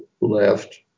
left